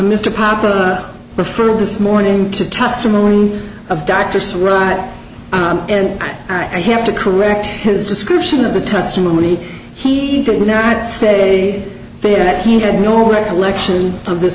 mr papa before this morning to testimony of doctors right and i have to correct his description of the testimony he did nat say that he had no recollection of this